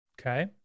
Okay